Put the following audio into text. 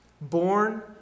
Born